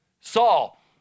Saul